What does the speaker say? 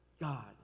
God